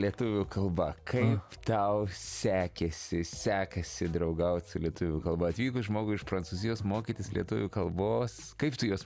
lietuvių kalba kaip tau sekėsi sekasi draugaut su lietuvių kalba atvykus žmogui iš prancūzijos mokytis lietuvių kalbos kaip tu jos